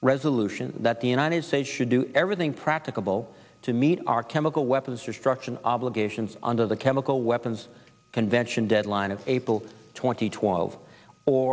resolution that the united states should do everything practicable to meet our chemical weapons destruction obligations under the chemical weapons convention deadline of april twenty twelve or